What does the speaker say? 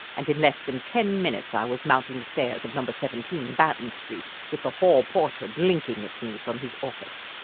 and in less than ten minutes i was mounting the stairs of number seventeen, banton street, with the hall porter blinking at me from his office.